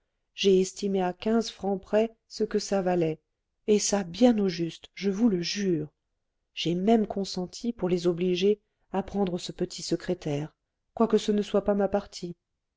j'ai estimé à quinze francs près ce que ça valait et ça bien au juste je vous le jure j'ai même consenti pour les obliger à prendre ce petit secrétaire quoique ce ne soit pas ma partie